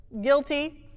guilty